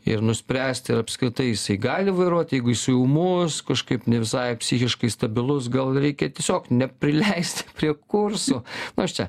ir nuspręsti ar apskritai jisai gali vairuoti jeigu jis ūmus kažkaip ne visai psichiškai stabilus gal reikia tiesiog neprileist prie kursų nu aš čia